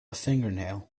fingernail